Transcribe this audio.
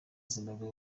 zimbabwe